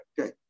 Okay